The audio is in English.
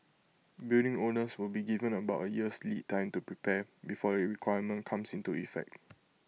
building owners will be given about A year's lead time to prepare before the requirement comes into effect